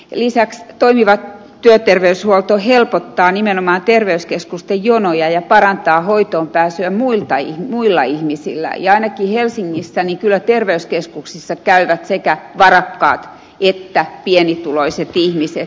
lisäksi toimiva työterveyshuolto helpottaa nimenomaan terveyskeskusten jonoja ja parantaa muiden ihmisten hoitoon pääsyä ja ainakin helsingissä kyllä terveyskeskuksissa käyvät sekä varakkaat että pienituloiset ihmiset